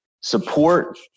support